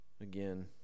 again